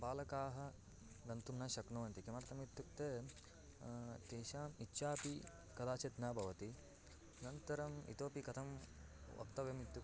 बालकाः गन्तुं न शक्नुवन्ति किमर्थमित्युक्ते तेषाम् इच्छापि कदाचित् न भवति अनन्तरम् इतोऽपि कथं वक्तव्यमित्युक्ते